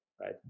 right